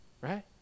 Right